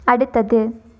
அடுத்தது